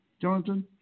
Jonathan